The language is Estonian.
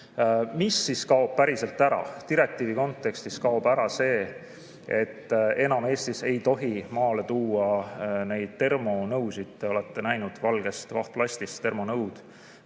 Mis siis kaob päriselt ära? Direktiivi kontekstis kaob ära see, et enam ei tohi Eestis maale tuua termonõusid. Te olete neid näinud: valgest vahtplastist termonõud,